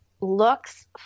looks